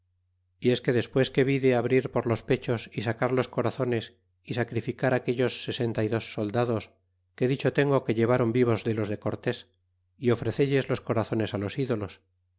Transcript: y es que despues que vide abrir por los pechos y sacar los corazones y sacrificar aquellos sesenta y dos soldados que dicho tengo que lleváron vivos de los de cortés y ofrecelles los corazones los ídolos